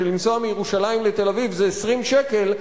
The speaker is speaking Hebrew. שלנסוע מירושלים לתל-אביב עולה 20 שקל,